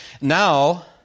Now